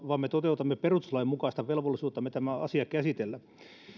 vaan me toteutamme perustuslain mukaista velvollisuuttamme tämä asia käsitellä